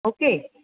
okay